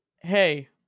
Hey